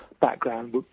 background